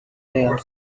tail